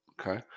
Okay